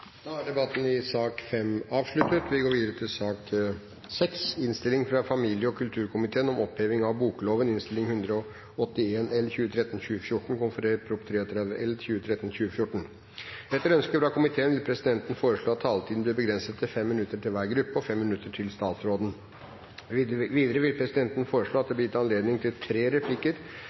Debatten i sak nr. 5 er avsluttet. Etter ønske fra familie- og kulturkomiteen vil presidenten foreslå at taletiden blir begrenset til 5 minutter til hver gruppe og 5 minutter til statsråden. Videre vil presidenten foreslå at det blir gitt anledning til tre replikker med svar etter innlegg fra partienes hovedtalere og fem replikker med svar etter medlemmer av regjeringen innenfor den fordelte taletid. Videre vil presidenten foreslå at